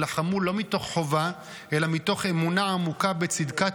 שלחמו לא מתוך חובה אלא מתוך אמונה עמוקה בצדקת